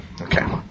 Okay